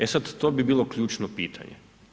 E sad to bi bilo ključno pitanje.